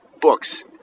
books